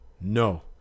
no